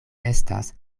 estas